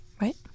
right